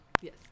Yes